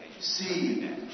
See